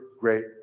great